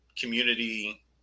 community